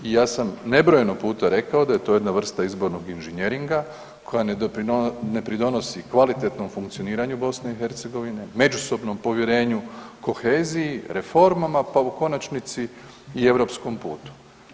I ja sam nebrojeno puta rekao da je to jedna vrsta izbornog inženjeringa koja ne pridonosi kvalitetnom funkcioniranju BiH, međusobnom povjerenju, koheziji, reformama pa u konačnici i europskom putu.